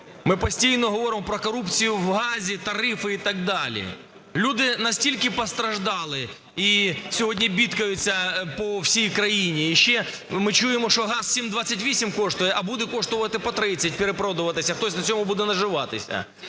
Ми постійно говоримо про корупцію в газі, тарифи і так далі. Люди настільки постраждали і сьогодні бідкаються по всій країні, і ще ми чуємо, що газ 7.28 коштує, а буде коштувати по 30, перепродуватися, хтось на цьому буде наживатися.